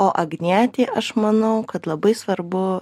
o agnietei aš manau kad labai svarbu